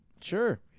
Sure